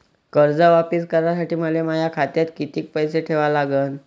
कर्ज वापिस करासाठी मले माया खात्यात कितीक पैसे ठेवा लागन?